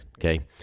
okay